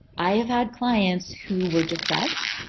i have had clients who were depressed,